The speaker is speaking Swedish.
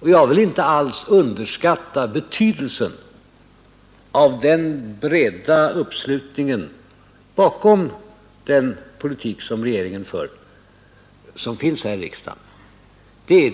Jag vill inte alls underskatta betydelsen av den breda uppslutning som skett här i riksdagen bakom den politik som regeringen för. Den är